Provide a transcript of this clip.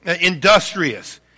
industrious